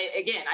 Again